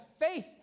faith